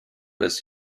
was